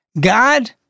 God